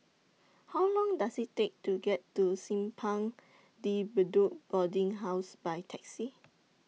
How Long Does IT Take to get to Simpang De Bedok Boarding House By Taxi